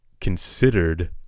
considered